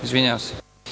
Izvinjavam se.